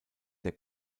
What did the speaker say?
der